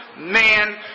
man